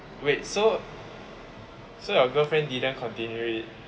wait so so your girlfriend didn't continue it